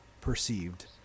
perceived